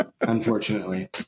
unfortunately